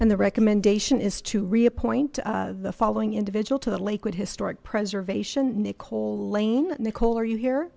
and the recommendation is to reappoint the following individual to the lakewood historic preservation nicole lane nicole are you here